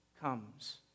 comes